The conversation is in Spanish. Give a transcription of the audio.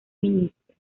ministro